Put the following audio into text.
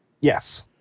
Yes